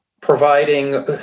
providing